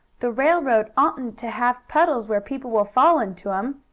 the railroad oughtn't to have puddles where people will fall into em!